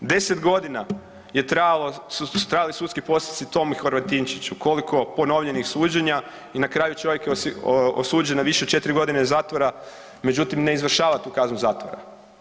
10 godina je trajalo, su trajali sudski postupci Tomi Horvatinčiću, koliko ponovljenih suđenja i na kraju, čovjek je osuđen na više od 4 godine zatvora, međutim, ne izvršava tu kaznu zatvora.